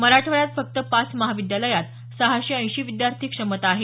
मराठवाड्यात फक्त पाच महाविद्यालयात सहाशे ऐंशी विद्यार्थी क्षमता आहे